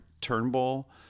Turnbull